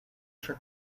for